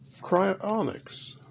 Cryonics